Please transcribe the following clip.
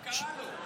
מה קרה לו?